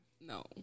no